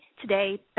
Today